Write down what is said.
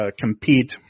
compete